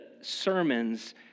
sermons